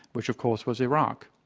which, of course, was iraq.